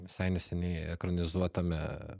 visai neseniai ekranizuotame